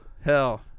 Hell